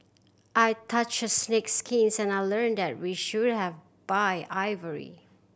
I touched a snake's skin and I learned that we shouldn't have buy ivory